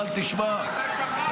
אבל תשמע,